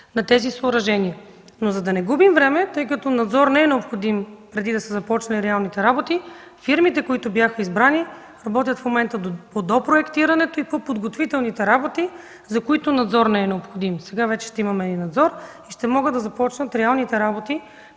на тези съоръжения. За да не губим време, тъй като надзор не е необходим преди да се започнат реалните работи, фирмите, които бяха избрани, работят в момента по допроектирането и подготвителните работи, за които надзор не е необходим. Сега вече ще имаме и надзор и ще могат да започнат реалните работи